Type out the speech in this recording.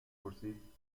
پرسید